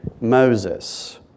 Moses